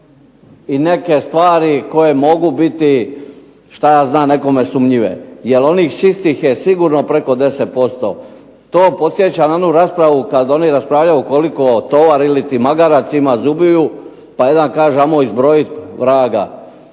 neke stvari koje mogu biti nekome sumnjive, jer onih čistih je sigurno preko 10%. To podsjeća na onu raspravu kada oni raspravljaju koliko tovar ili magarac ima zubiju pa jedan kaže ajmo izbrojiti,